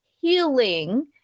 healing